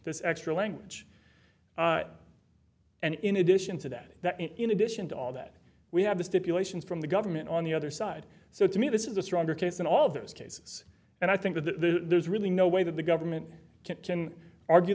this extra language and in addition to that that in addition to all that we have the stipulations from the government on the other side so to me this is a stronger case in all of those cases and i think that the there's really no way that the government can argue